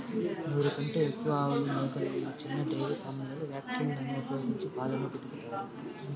నూరు కంటే ఎక్కువ ఆవులు, మేకలు ఉన్న చిన్న డెయిరీ ఫామ్లలో వాక్యూమ్ లను ఉపయోగించి పాలను పితుకుతారు